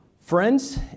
friends